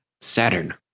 Saturn